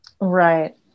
Right